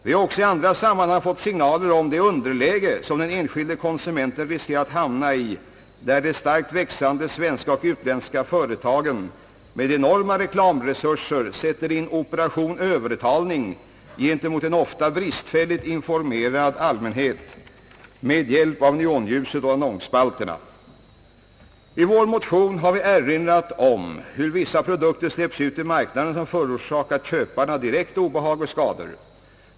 Vi har också i andra sammanhang fått signaler om det underläge som den enskilde konsumenten riskerar att hamna i när de starkt växande svenska och utländska företagen med enorma reklamresurser sätter in »operation övertalning» gentemot en ofta bristfälligt informerad allmänhet — med hjälp av neonljuset och annonsspalterna. I vår motion har vi erinrat om hur vissa produkter släpps ut i marknaden, vilka förorsakar köparna direkta obehag och skador.